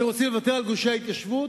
אתם רוצים לוותר על גושי ההתיישבות?